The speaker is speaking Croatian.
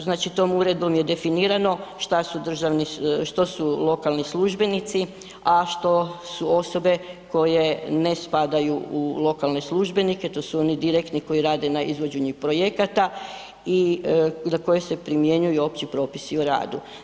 Znači, tom uredbom je definirano šta su državni, što su lokalni službenici, a što su osobe koje ne spadaju u lokalne službenike to su oni direktni koji rade na izvođenju projekta i na koje se primjenjuju opći propisi o radu.